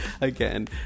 again